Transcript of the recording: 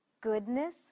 goodness